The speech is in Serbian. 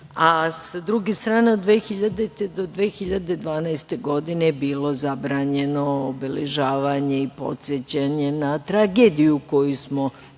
druge strane, od 2000. do 2012. godine je bilo zabranjeno obeležavanje i podsećanje na tragediju koju smo doživljavali